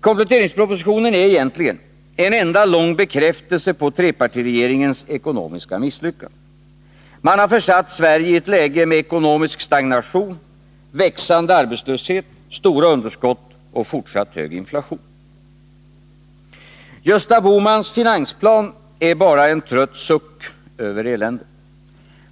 Kompletteringspropositionen är egentligen en enda lång bekräftelse på trepartiregeringens ekonomiska misslyckanden. Man har försatt Sverige i ett läge med ekonomisk stagnation, växande arbetslöshet, stora underskott och fortsatt hög inflation. Gösta Bohmans finansplan är bara en trött suck över eländet.